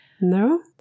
No